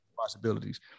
possibilities